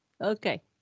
Okay